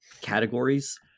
categories